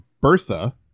Bertha